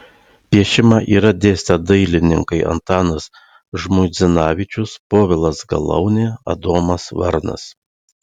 piešimą yra dėstę dailininkai antanas žmuidzinavičius povilas galaunė adomas varnas